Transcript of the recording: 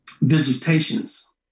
visitations